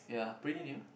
yeah pretty near